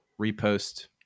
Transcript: repost